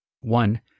One